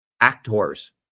actors